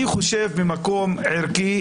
אני חושב שממקום ערכי,